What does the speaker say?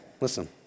listen